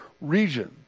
region